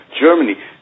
Germany